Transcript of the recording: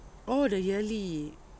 oh the yearly